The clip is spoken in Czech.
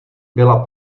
byla